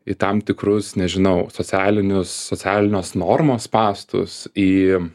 į tam tikrus nežinau socialinius socialinės normos spąstus į